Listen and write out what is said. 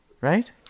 right